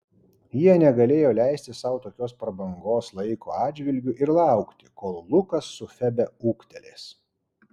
jie negalėjo leisti sau tokios prabangos laiko atžvilgiu ir laukti kol lukas su febe ūgtelės